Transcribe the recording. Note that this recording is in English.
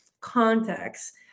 context